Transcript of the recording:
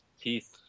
Peace